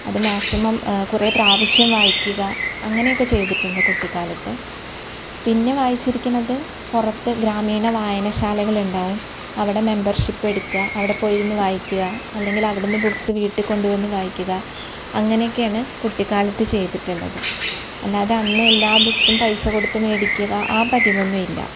അത് മാക്സിമം കുറേ പ്രാവിശ്യം വായിക്കുക അങ്ങനെയൊക്കെ ചെയ്തിട്ടുണ്ട് കുട്ടിക്കാലത്ത് പിന്നെ വായിച്ചിരിക്കുന്നത് പുറത്ത് ഗ്രാമീണ വായനശാലകൾ ഉണ്ടാവും അവിടെ മെമ്പര്ഷിപ്പ് എടുക്കുക അവിടെ പോയി ഇരുന്ന് വായിക്കുക അല്ലെങ്കിൽ അവിടെ നിന്ന് ബുക്സ് വീട്ടിൽ കൊണ്ട് വന്ന് വായിക്കുക അങ്ങനെയൊക്കെയാണ് കുട്ടിക്കാലത്ത് ചെയ്തിട്ടുള്ളത് അല്ലാതെ അന്ന് എല്ലാ ബുക്സും പൈസ കൊടുത്ത് മേടിക്കുക ആ പതിവൊന്നുമില്ല